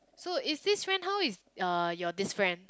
so is this friend how is uh your this friend